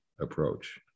approach